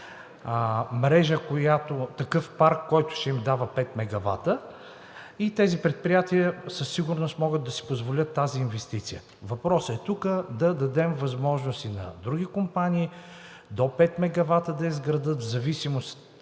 такъв парк, който ще им дава пет мегавата, и тези предприятия със сигурност могат да си позволят тази инвестиция. Въпросът е тука да дадем възможност и на други компании да изградят до пет мегавата, в зависимост